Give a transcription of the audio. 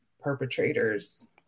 perpetrators